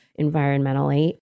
environmentally